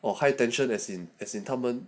or high tension as in as in 他们